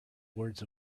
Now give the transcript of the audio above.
words